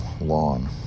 lawn